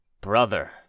Brother